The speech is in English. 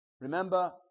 Remember